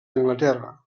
anglaterra